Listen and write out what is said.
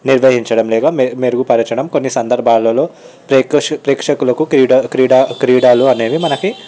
నిర్వహించడం లేదా మెరుగుపరచడం కొన్ని సందర్భాలలో ప్రేకక్ష ప్రేక్షకులకు క్రీడా క్రీడా క్రీడలు అనేవి మనకి